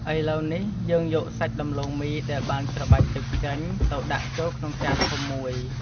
ឥឡូវនេះ យើងយកសាច់ដំឡូងមីដែលបានច្របាច់ទឹកចេញ ទៅដាក់ចូលក្នុងចានធំមួយ។